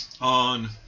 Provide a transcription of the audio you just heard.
on